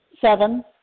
Seven